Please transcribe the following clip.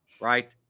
Right